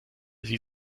sie